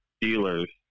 dealers